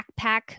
backpack